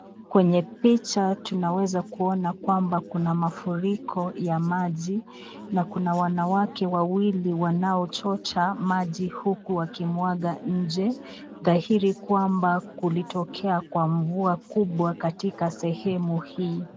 kwenye picha tunaweza kuona kwamba kuna mafuriko ya maji na kuna wanawake wawili wanao chota maji huku wakimwaga nje, dhahiri kwamba kulitokea kwa mvua kubwa katika sehemu hii.